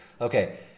Okay